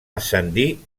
ascendir